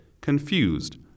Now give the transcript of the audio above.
confused